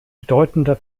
bedeutender